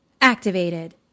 activated